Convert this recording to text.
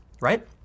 right